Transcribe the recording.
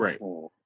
Right